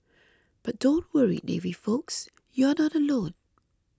but don't worry navy folks you're not alone